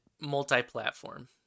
multi-platform